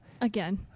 Again